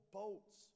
boats